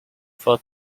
for